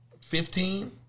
Fifteen